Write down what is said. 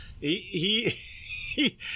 He—he